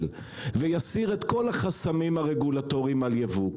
ויסיר את כל החסמים הרגולטוריים על יבוא.